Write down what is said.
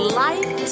light